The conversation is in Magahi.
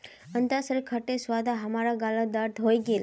अनन्नासेर खट्टे स्वाद स हमार गालत दर्द हइ गेले